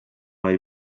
wari